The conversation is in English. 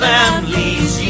Families